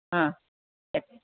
ആ എ